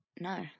no